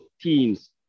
teams